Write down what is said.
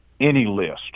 AnyList